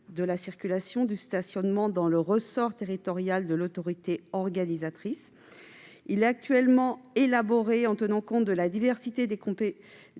de la circulation et du stationnement dans le ressort territorial de l'autorité organisatrice. Il est actuellement élaboré en tenant compte de la diversité des composantes